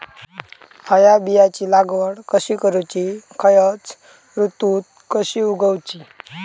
हया बियाची लागवड कशी करूची खैयच्य ऋतुत कशी उगउची?